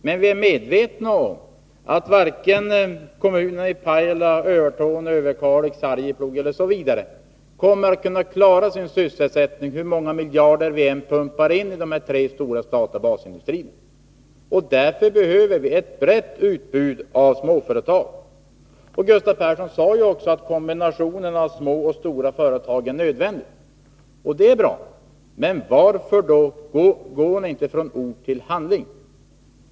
Men vi är medvetna om att varken Pajala, Övertorneå, Överkalix, Arjeplog eller någon annan kommun kommer att kunna klara sin sysselsättning, hur många miljarder vi än pumpar ini de här stora statliga basindustrierna. Därför behöver vi ett brett utbud av småföretag. é Gustav Persson sade ju också att kombinationen av små och stora företag är nödvändig. Det är bra, men varför går ni då inte från ord till handling?